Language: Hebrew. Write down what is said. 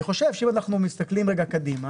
אני חושב שאם אנחנו מסתכלים רגע קדימה